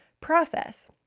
process